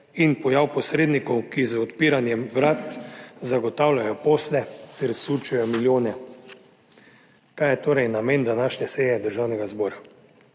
in pojav posrednikov, ki z odpiranjem vrat zagotavljajo posle ter sučejo milijone. Kaj je torej namen današnje seje državnega zbora?